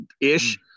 ish